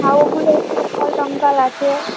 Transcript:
হ্যাঁ ওগুলোই কঙ্কাল টঙ্কাল আছে